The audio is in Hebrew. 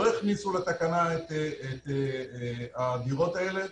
לא הכניסו לתקנה את הדירות האלה,